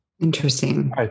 Interesting